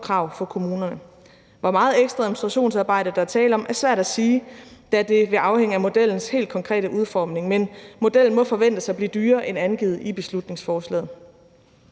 krav for kommunerne. Hvor meget ekstra administrationsarbejde der er tale om, er svært at sige, da det vil afhænge af modellens helt konkrete udformning. Men modellen må forventes at blive dyrere end angivet i beslutningsforslaget.